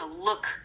look